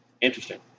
Interesting